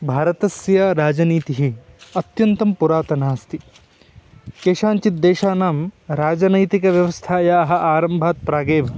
भारतस्य राजनीतिः अत्यन्तं पुरातना अस्ति केषाञ्चिद्देशानां राजनैतिकव्यवस्थायाः आरम्भात् प्रागेव